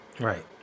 Right